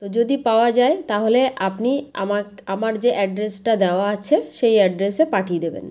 তো যদি পাওয়া যায় তাহলে আপনি আমার যে অ্যাড্রেসটা দেওয়া আছে সেই অ্যাড্রেসে পাঠিয়ে দেবেন